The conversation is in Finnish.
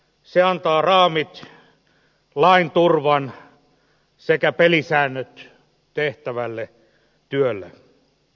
se antaa raamit lain turvan sekä pelisäännöt tehtävälle työlle